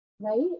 Right